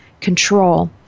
control